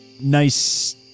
nice